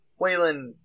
Waylon